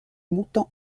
montants